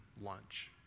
lunch